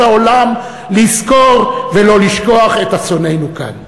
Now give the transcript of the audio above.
העולם לזכור ולא לשכוח את אסוננו כאן.